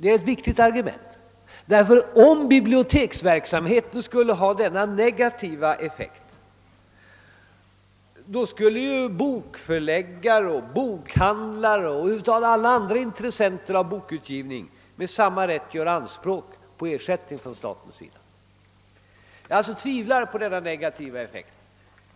Det är ett viktigt argument, ty om biblioteksverksamheten skulle ha denna negativa effekt, skulle ju bokförläggare, bokhandlare och alla andra intressenter i bokutgivningen med samma rätt göra anspråk på ersättning från staten. Jag tvivlar alltså på denna negativa effekt.